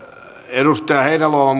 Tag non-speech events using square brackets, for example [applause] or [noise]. edustaja heinäluoma [unintelligible]